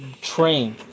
train